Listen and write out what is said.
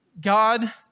God